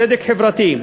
צדק חברתי,